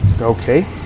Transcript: Okay